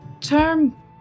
term